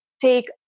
take